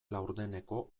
laurdeneko